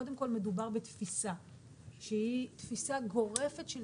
קודם כל מדובר בתפיסה שהיא תפיסה גורפת של